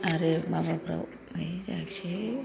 आरो माबाफ्राव है जायाखिसै